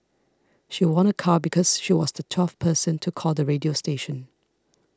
she won a car because she was the twelfth person to call the radio station